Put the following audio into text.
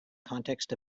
context